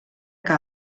que